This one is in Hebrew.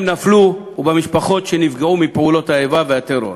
נפלו ובמשפחות שנפגעו מפעולות האיבה והטרור.